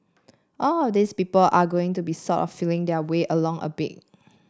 all of these people are going to be sort of feeling their way along a bit